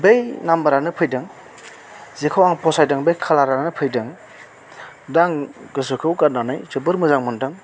बै नाम्बारआनो फैदों जेखौ आं फसायदोंमोन बे खालारआनो फैदों दा आं गोसोखौ गान्नानै जोबोर मोजां मोनदों